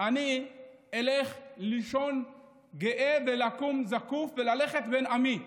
אני אלך לישון גאה ואקום זקוף ואלך אל עמי.